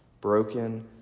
broken